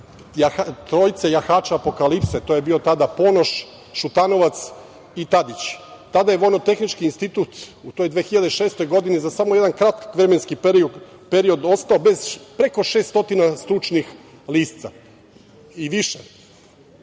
trojice jahača apokalipse. To je bio tada Ponoš, Šutanovac i Tadić. Tada je VTI, u toj 2006. godini za samo jedan kratak vremenski period ostao bez preko 600 stručnih lica i više,